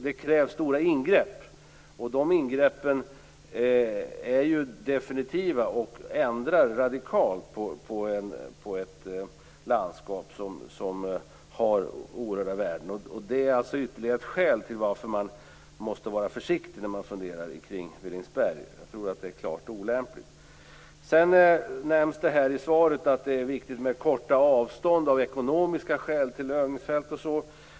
Det krävs stora ingrepp, och de ingreppen är definitiva och ändrar radikalt på ett landskap med oerhörda värden. Detta är ytterligare ett skäl till att man måste vara försiktig i funderingarna kring Villingsberg. Jag tycker att det är klart olämpligt. I svaret nämns att det av ekonomiska skäl är viktigt med korta avstånd till övningsfält.